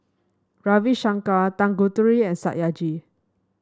Ravi Shankar Tanguturi and Satyajit